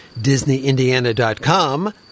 DisneyIndiana.com